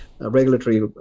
regulatory